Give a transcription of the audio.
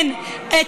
מבינה בדמוקרטיה.